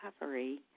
recovery